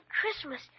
Christmas